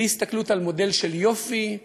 בלי הסתכלות על מודל של יופי,